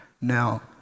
Now